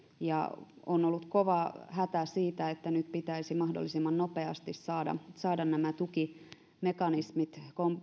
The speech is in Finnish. ja on ollut kova hätä siitä että nyt pitäisi mahdollisimman nopeasti saada saada nämä tukimekanismit